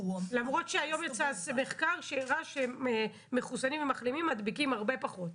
למרות שהיום יצא מחקר שהראה שמחוסנים ומחלימים מדביקים הרבה פחות.